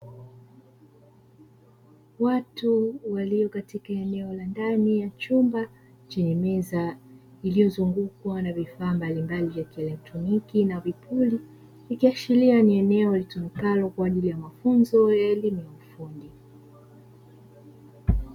Watu walio katika eneo la ndani la chumba chenye meza iliyozungukwa na vifaa mbali mbali vya kielektroniki na vipuli ikiashiria ni eneo litumikalo kwa ajili ya mafunzo ya elimu ya ufundi.